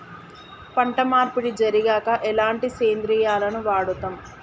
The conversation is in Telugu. పంట మార్పిడి జరిగాక ఎలాంటి సేంద్రియాలను వాడుతం?